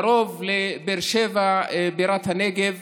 קרוב לבאר שבע, בירת הנגב,